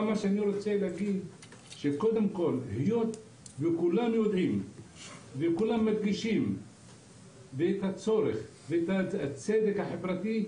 אני רוצה להגיד שכולם יודעים ומדגישים את הצורך ואת הצדק החברתי.